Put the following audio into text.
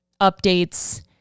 updates